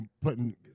putting